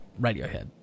Radiohead